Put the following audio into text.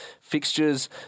fixtures